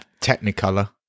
Technicolor